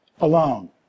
alone